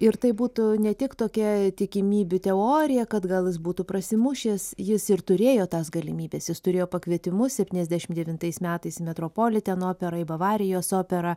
ir tai būtų ne tik tokia tikimybių teorija kad gal jis būtų prasimušęs jis ir turėjo tas galimybes jis turėjo pakvietimus septyniasdešim devintais metais metropoliteno operą į bavarijos operą